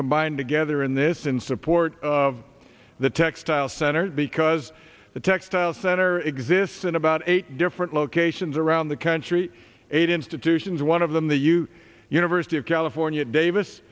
combined together in this in support of the textile center because the textile center exists in about eight different locations around the country eight institutions one of them that you university of california davis